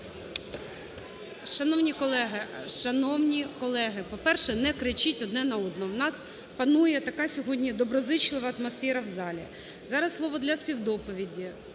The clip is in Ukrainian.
Шановні колеги, по-перше, не кричіть одне на одного. В нас панує така сьогодні доброзичлива атмосфера у залі. Зараз слово для співдоповіді